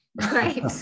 right